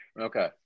Okay